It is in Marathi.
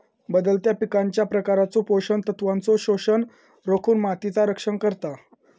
बदलत्या पिकांच्या प्रकारचो पोषण तत्वांचो शोषण रोखुन मातीचा रक्षण करता